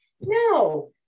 No